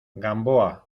gamboa